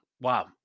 Wow